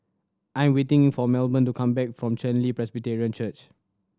I am waiting for Melbourne to come back from Chen Li Presbyterian Church